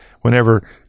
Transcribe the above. whenever